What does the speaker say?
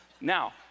now